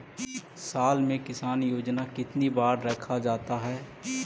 साल में किसान योजना कितनी बार रखा जाता है?